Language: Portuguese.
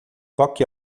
toque